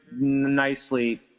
nicely